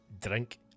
drink